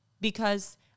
because-